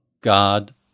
God